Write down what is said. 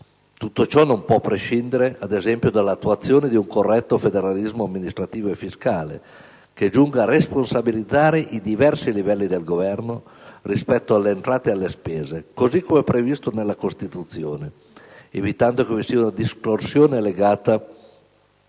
Tutto ciò non può prescindere - ad esempio - dall'attuazione di un corretto federalismo amministrativo e fiscale che giunga a responsabilizzare i diversi livelli di governo rispetto alle entrate e alle spese, così come previsto dalla Costituzione, evitando che vi sia una distorsione legata